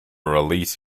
release